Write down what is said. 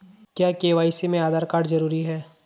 क्या के.वाई.सी में आधार कार्ड जरूरी है?